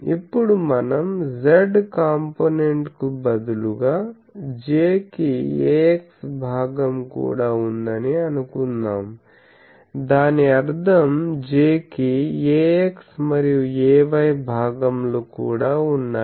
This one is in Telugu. ఇప్పుడు మనం z కాంపోనెంట్కు బదులుగా J కి ax భాగం కూడా ఉందని అనుకుందాం దాని అర్థం j కి ax మరియు ay భాగములు కూడా ఉన్నాయి